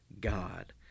God